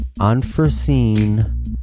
unforeseen